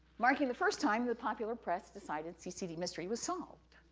marking the first time the popular press decided ccd mystery was solved.